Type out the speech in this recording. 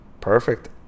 Perfect